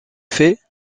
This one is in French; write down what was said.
faits